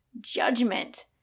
judgment